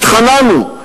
התחננו,